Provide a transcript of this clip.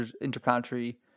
interplanetary